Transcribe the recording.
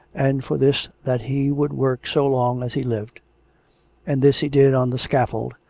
and for this that he would work so long as he lived and this he did on the scaffold,